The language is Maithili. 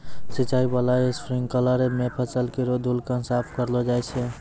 सिंचाई बाला स्प्रिंकलर सें फसल केरो धूलकण साफ करलो जाय छै